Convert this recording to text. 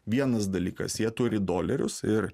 vienas dalykas jie turi dolerius ir